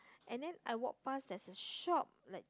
and then I walk past there's a shop like